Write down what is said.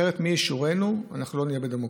אחרת מי יישורנו, אנחנו לא נהיה בדמוקרטיה.